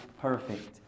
perfect